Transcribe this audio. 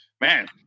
Man